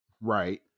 Right